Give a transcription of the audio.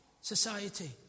society